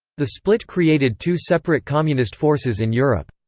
the split created two separate communist forces in europe.